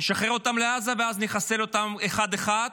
נשחרר אותם לעזה, ואז נחסל אותם אחד-אחד.